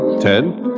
Ted